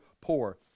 poor